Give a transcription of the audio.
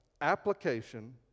Application